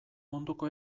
munduko